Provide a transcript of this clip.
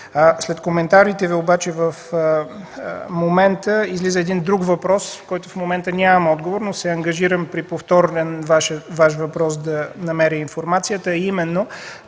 След коментарите Ви обаче излиза един друг въпрос, на който в момента нямам отговор, но се ангажирам при повторен Ваш въпрос да намеря информацията.